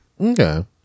Okay